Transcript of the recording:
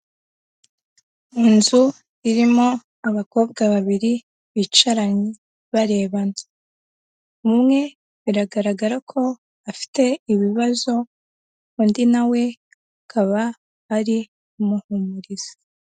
Inzu irimo abakobwa babiri bicaranye barebana, umwe biragaragara ko afite ibibazo undi na we akaba ari kumuhumuriza.